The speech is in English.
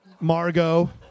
Margot